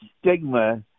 stigma